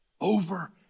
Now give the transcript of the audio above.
Over